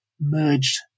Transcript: merged